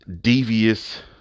devious